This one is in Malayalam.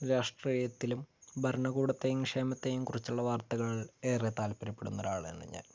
രാഷ്ട്രീയത്തിലും ഭരണകൂടത്തെയും ക്ഷേമത്തെയും കുറിച്ചുള്ള വാർത്തകളിൽ ഏറേ താത്പര്യപ്പെടുന്നൊരാളാണ് ഞാൻ